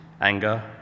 anger